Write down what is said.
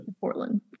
Portland